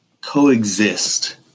coexist